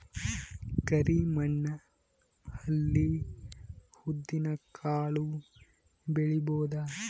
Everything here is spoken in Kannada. ಕರಿ ಮಣ್ಣ ಅಲ್ಲಿ ಉದ್ದಿನ್ ಕಾಳು ಬೆಳಿಬೋದ?